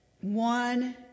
one